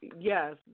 yes